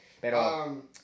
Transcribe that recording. Pero